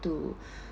to